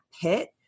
pit